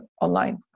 online